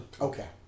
Okay